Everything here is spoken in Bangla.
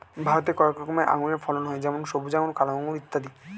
ভারতে কয়েক রকমের আঙুরের ফলন হয় যেমন সবুজ আঙুর, কালো আঙুর ইত্যাদি